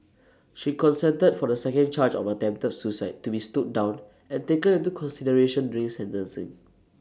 she consented for the second charge of attempted suicide to be stood down and taken into consideration during sentencing